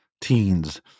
teens